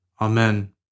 Amen